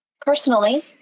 personally